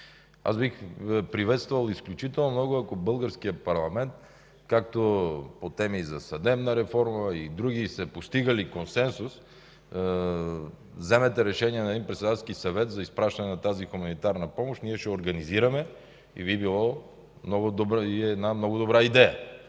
Аз бих приветствал изключително много, ако българският парламент, както по теми за съдебна реформа и други, са постигали консенсус, вземете решение на един Председателски съвет за изпращане на тази хуманитарна помощ. Ние ще я организираме и би било една много добра идея.